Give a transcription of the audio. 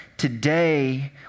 Today